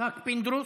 יצחק פינדרוס,